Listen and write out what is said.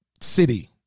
city